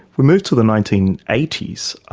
we move to the nineteen eighty s,